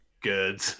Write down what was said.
good